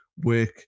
work